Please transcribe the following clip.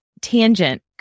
Tangent